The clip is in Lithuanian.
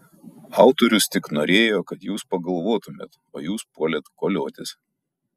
autorius tik norėjo kad jūs pagalvotumėt o jūs puolėt koliotis